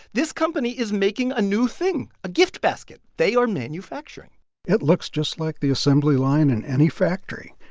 this company is making a new thing, a gift basket. they are manufacturing it looks just like the assembly line in any factory.